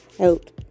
out